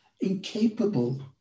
incapable